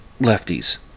lefties